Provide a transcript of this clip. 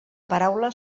paraula